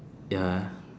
ya